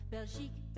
Belgique